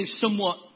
somewhat